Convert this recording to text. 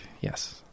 yes